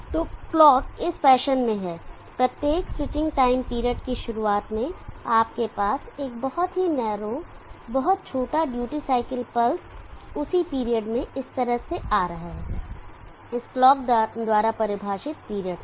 तो क्लॉक इस फैशन में है प्रत्येक स्विचिंग टाइम पीरियड की शुरुआत में आपके पास एक बहुत ही नैरो बहुत छोटा ड्यूटी साइकिल पल्स उसी पीरियड में इस तरह आ रहा है इस क्लॉक द्वारा परिभाषित पीरियड से